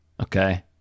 okay